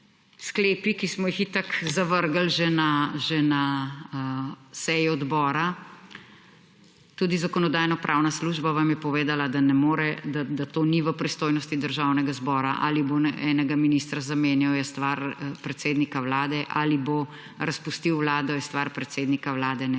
sklepi, ki smo jih itak zavrgli že na seji odbora, tudi Zakonodajno-pravna služba vam je povedala, da ne more, da to ni v pristojnosti Državnega zbora. Ali bo enega ministra zamenjal, je stvar predsednika vlade, ali bo razpustil vlado, je stvar predsednika vlade, ne